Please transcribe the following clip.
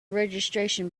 registration